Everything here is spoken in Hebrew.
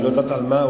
היא לא יודעת על מה,